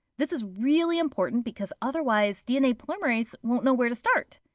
this is really important because otherwise dna polymerase won't know where to start.